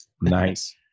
Nice